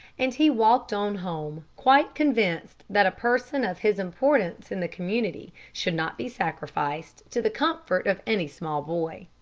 and he walked on home, quite convinced that a person of his importance in the community should not be sacrificed to the comfort of any small boy.